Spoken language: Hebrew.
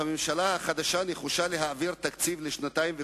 הממשלה החדשה נחושה להעביר תקציב לשנתיים,